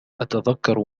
أتذكر